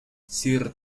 sir